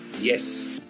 Yes